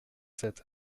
sept